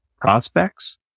prospects